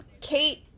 Kate